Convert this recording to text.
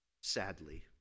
sadly